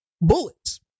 bullets